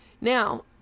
Now